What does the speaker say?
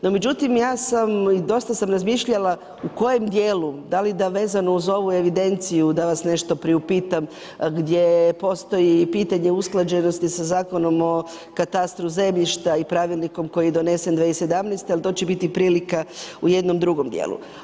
No međutim, dosta sam razmišljala u kojem djelu, da li da vezano uz ovu evidenciju da vas nešto priupitam gdje postoji pitanje usklađenosti sa Zakonom o katastru zemljišta i pravilnikom koji je donesen 2017., ali to će biti prilika u jednom drugom djelu.